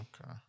okay